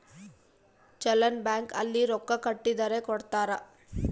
challan bank ಅಲ್ಲಿ ರೊಕ್ಕ ಕಟ್ಟಿದರ ಕೋಡ್ತಾರ